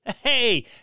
hey